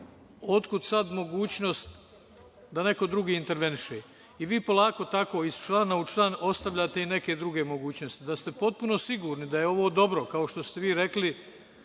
otkud sad mogućnost da neko drugi interveniše? Vi polako tako iz člana u član ostavljate i neke druge mogućnosti, da ste potpuno sigurni da je ovo dobro, kao što ste vi rekli,